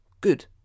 good